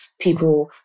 people